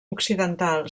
occidental